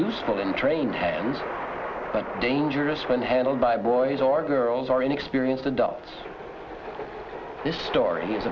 useful in trained hands but dangerous when handled by boys or girls are inexperienced adults this stor